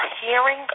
hearing